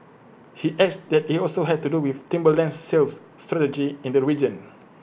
he adds that IT also has to do with Timberland's sales strategy in the region